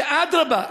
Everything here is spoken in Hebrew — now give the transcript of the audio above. שאדרבה,